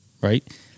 right